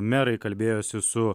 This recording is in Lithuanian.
merai kalbėjosi su